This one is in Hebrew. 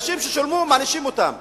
אנשים ששילמו, מענישים אותם.